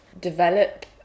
develop